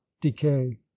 decay